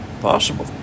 Possible